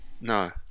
no